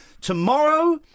Tomorrow